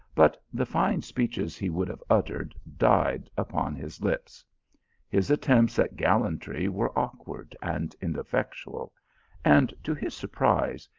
but the fine speeches he would have uttered died upon his lips his attempts at gallantry were awk ward and ineffectual and, to his surprise,